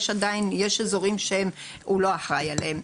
יש אזורים שהוא לא אחראי עליהם.